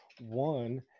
One